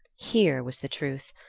here was the truth,